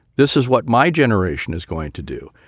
this is what my generation is going to do.